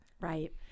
right